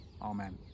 Amen